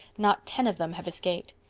not ten of them have escaped.